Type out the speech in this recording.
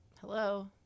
hello